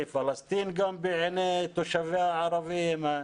היא פלסטין גם בעיני תושביה הערבים.